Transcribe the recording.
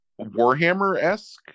warhammer-esque